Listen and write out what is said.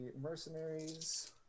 mercenaries